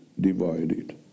divided